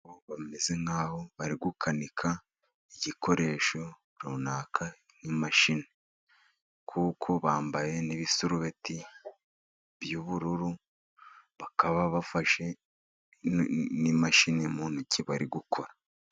Abahungu bameze nk’aho bari gukanika igikoresho runaka, nk’imashini, kuko bambaye n’ibisarubeti by’ubururu. Bakaba bafashe n’imashini mu ntoki, bari gukora.